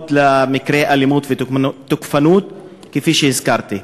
דוגמאות של מקרי אלימות ותוקפנות, כפי שהזכרתי.